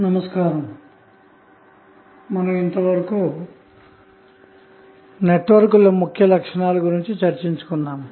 నమస్కారం మనం ఇంతవరకు నేటివర్కుల ముఖ్య లక్షణాలు గురించి చర్చించాము